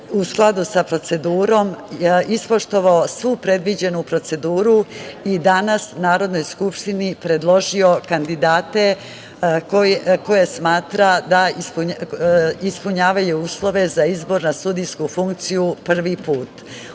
u skladu sa procedurom ispoštovao svu predviđenu proceduru i danas Narodnoj skupštini predložio kandidate koje smatra da ispunjavaju uslove za izbor na sudijsku funkciju prvi put. Ono